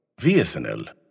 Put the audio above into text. VSNL